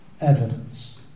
evidence